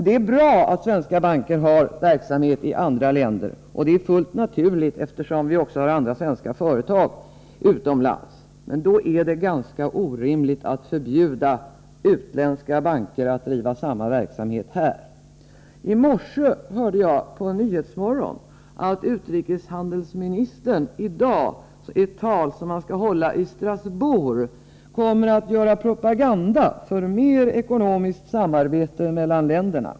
Det är bra att svenska banker har det. Det är också fullt naturligt, eftersom vi ju har svenska företag utomlands. Men mot den bakgrunden är det ganska orimligt att förbjuda utländska banker att bedriva motsvarande verksamhet här. I morse hörde jag i radions program Nyhetsmorgon att utrikeshandelsmi 13 nistern i ett tal som han skall hålla i dag i Strasbourg kommer att göra propaganda för ett utvidgat ekonomiskt samarbete mellan länderna.